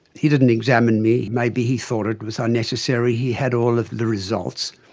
he didn't examine me, maybe he thought it was unnecessary, he had all of the results.